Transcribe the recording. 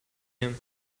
him